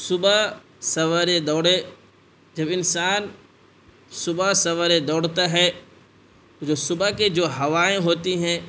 صبح سویرے دوڑے جب انسان صبح سویرے دوڑتا ہے جو صبح کی جو ہوائیں ہوتی ہیں